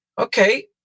Okay